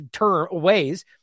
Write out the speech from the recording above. ways